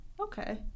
Okay